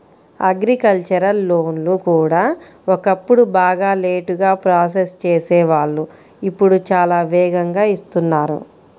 agricultural లోన్లు కూడా ఒకప్పుడు బాగా లేటుగా ప్రాసెస్ చేసేవాళ్ళు ఇప్పుడు చాలా వేగంగా ఇస్తున్నారు